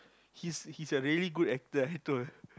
he's he's a really good actor